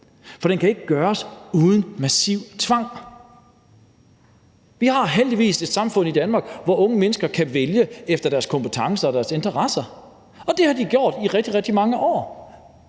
for det kan ikke gøres uden massiv tvang. Vi har heldigvis et samfund i Danmark, hvor unge mennesker kan vælge efter deres kompetencer og deres interesser, og det har de gjort i rigtig, rigtig mange år.